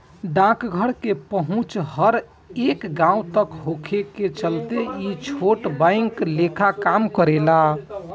डाकघर के पहुंच हर एक गांव तक होखे के चलते ई छोट बैंक लेखा काम करेला